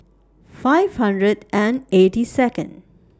five hundred and eighty Second